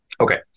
Okay